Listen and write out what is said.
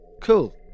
Cool